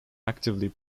actively